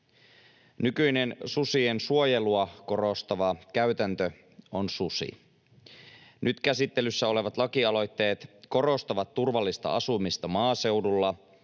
Nykyinen susien suojelua korostava käytäntö on susi. Nyt käsittelyssä olevat lakialoitteet korostavat turvallista asumista maaseudulla,